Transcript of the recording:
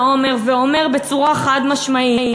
והוא אומר בצורה חד-משמעית: